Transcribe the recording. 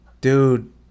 Dude